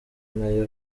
nayo